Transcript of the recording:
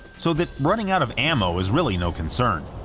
so that running out of ammo is really no concern.